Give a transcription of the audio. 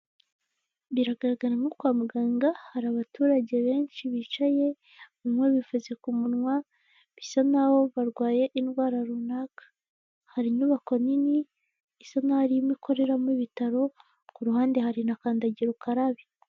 Biragaragara nko kwa muganga hari abaturage benshi bicaye bamwe bipfutse ku munwa bisa n'aho barwaye indwara runaka, hari inyubako nini isa n'aho arimwe ikoreramo ibitaro ku ruhande hari na kandagira ukarabe.